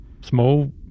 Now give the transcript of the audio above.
Small